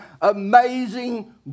Amazing